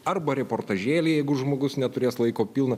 arba reportažėlį jeigu žmogus neturės laiko pilno